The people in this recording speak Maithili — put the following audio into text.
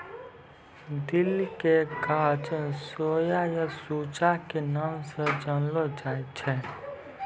दिल के गाछ सोया या सूजा के नाम स जानलो जाय छै